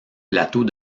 plateau